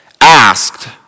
asked